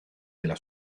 della